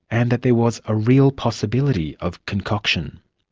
and that there was a real possibility of concoction.